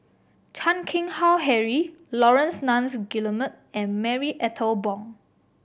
Chan Keng Howe Harry Laurence Nunns Guillemard and Marie Ethel Bong